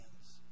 hands